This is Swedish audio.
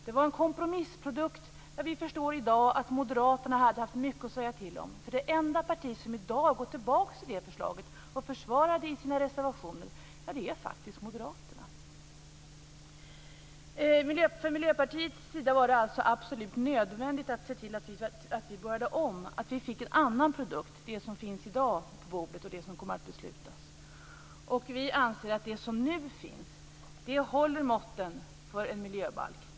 Det var en kompromissprodukt som vi i dag förstår att Moderaterna hade haft mycket att säga till om, för det enda partiet som i dag går tillbaks till förslaget och försvarar det i sina reservationer är faktiskt Moderaterna. Från Miljöpartiets sida var det alltså absolut nödvändigt att se till att vi började om så att vi skulle få en annan produkt, den som finns på bordet i dag och som kommer att beslutas. Vi anser att det som nu finns håller måtten för en miljöbalk.